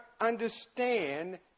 understand